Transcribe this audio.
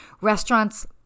Restaurants